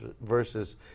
versus